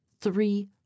three